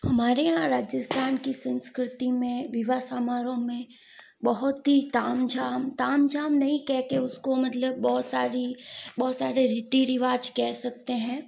हमारे यहाँ राजस्थान की संस्कृति में विवाह समारोह में बहुत ही तामझाम तामझाम नहीं कहके उसको मतलब बहुत सारी बहुत सारे रीति रिवाज कह सकते हैं